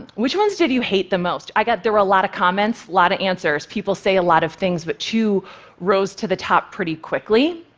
which ones did you hate the most? i got a ah lot of comments, lot of answers, people say a lot of things, but two rose to the top pretty quickly.